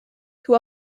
who